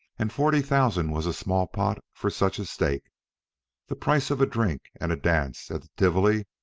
and forty thousand was a small pot for such a stake the price of a drink and a dance at the tivoli,